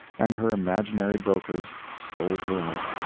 and her imaginary brokers sold her out.